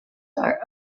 are